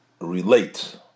relate